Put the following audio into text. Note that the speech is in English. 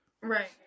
right